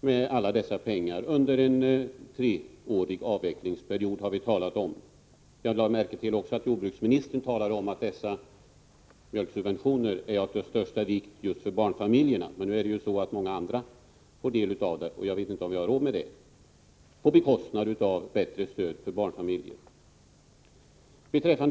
med dessa pengar under en treårig avvecklingsperiod, som är den tid vi har talat om. Jag lade också märke till att jordbruksministern sade att mjölksubventionerna är av största vikt just för barnfamiljerna. Nu är det ju så att många andra också får del av dem på bekostnad av bättre stöd till barnfamiljerna. Jag vet inte om vi har råd med det.